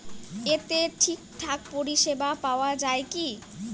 এতে ঠিকঠাক পরিষেবা পাওয়া য়ায় কি?